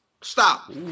Stop